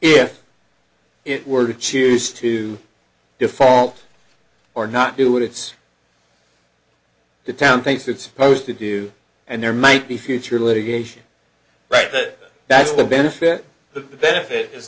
if it were to choose to default or not do it it's the town thinks it's supposed to do and there might be future litigation right but that's the benefit the benefit is